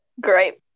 Great